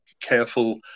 careful